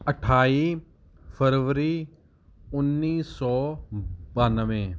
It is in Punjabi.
ਅਠਾਈ ਫਰਵਰੀ ਉੱਨੀ ਸੌ ਬਾਨਵੇਂ